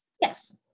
Yes